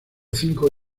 cinco